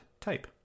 type